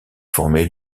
formé